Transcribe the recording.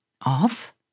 Off